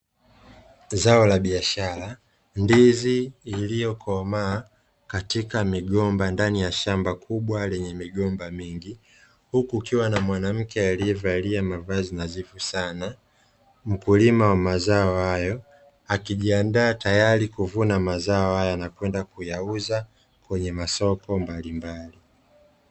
Zao la biashara. Ndizi iliyokomaa katika migomba ndani ya shamba kubwa lenye migomba mingi. Huku kukiwa na mwanamke aliyevalia mavazi nadhifu sana. Mkulima wa mazao hayo akijiandaa tayari kuvuna mazao hayo na kwenda kuyauza kwenye masoko mbalimbali.